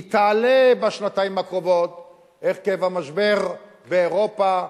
היא תעלה בשנתיים הקרובות עקב המשבר באירופה,